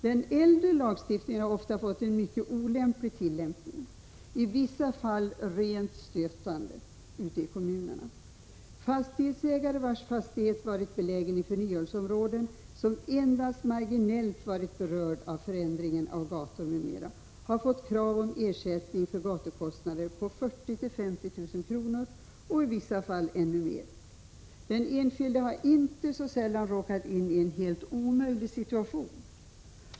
Den äldre lagstiftningen har ofta fått en mycket olämplig tillämpning, i vissa fall rent stötande, ute i kommunerna. Fastighetsägare vars fastighet varit belägen i förnyelseområden men som endast marginellt varit berörd av förändringarna av gator m.m. har fått krav på ersättning för gatukostnader på 40 000—50 000 kr. och i vissa fall ännu mer. Den enskilde har inte så sällan råkat in i en helt omöjlig situation.